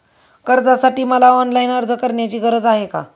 कर्जासाठी मला ऑनलाईन अर्ज करण्याची गरज आहे का?